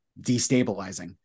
destabilizing